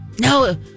No